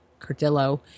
Cardillo